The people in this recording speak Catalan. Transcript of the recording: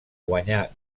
guanyà